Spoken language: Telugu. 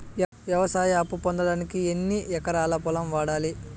వ్యవసాయ అప్పు పొందడానికి ఎన్ని ఎకరాల పొలం ఉండాలి?